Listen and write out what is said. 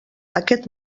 aquest